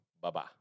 Bye-bye